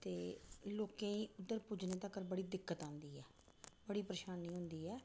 ते लोकें ई उद्धर पुज्जने तकर बड़ी दिक्कत आंदी ऐ बड़ी परेशानी होंदी ऐ